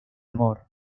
amor